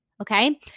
okay